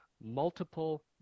multiple